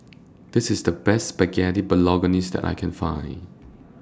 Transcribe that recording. This IS The Best Spaghetti Bolognese that I Can Find